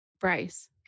Bryce